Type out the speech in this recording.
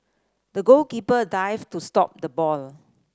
the goalkeeper dived to stop the ball